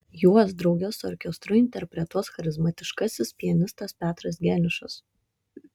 juos drauge su orkestru interpretuos charizmatiškasis pianistas petras geniušas